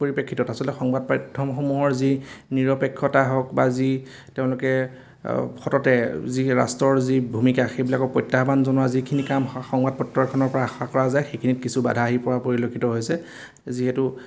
পৰিপ্ৰেক্ষিত আচলতে সংবাদ মাধ্যমসমূহৰ যি নিৰপেক্ষতা হওক বা যি তেওঁলোকে সততে যি ৰাষ্ট্ৰৰ যি ভূমিকা সেইবিলাকৰ প্ৰত্যাহ্বান জনোৱা যিখিনি কাম সংবাদ পত্ৰখনৰপৰা আশা কৰা যায় সেইখিনিত কিছু বাধা আহি পৰা পৰিলক্ষিত হৈছে যিহেতু